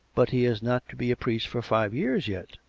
but he is not to be a priest for five years yet?